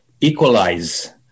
equalize